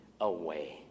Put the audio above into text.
away